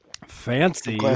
fancy